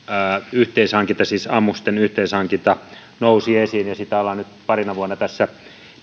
ammusten yhteishankinta nousi esiin sitä ollaan nyt parina vuotena tässä